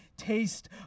Taste